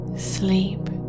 sleep